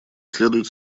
следует